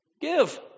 Give